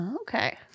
Okay